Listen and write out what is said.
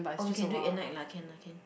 or we can do it at night lah can lah can